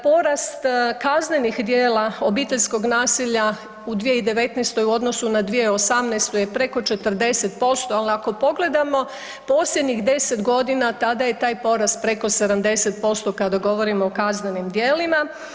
Porast kaznenih djela obiteljskog nasilja u 2019. u odnosu na 2018. je preko 40%, ali ako pogledamo posljednjih 10 godina tada je taj porast preko 70% kada govorimo o kaznenim djelima.